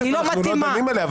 אנחנו לא דנים עליה,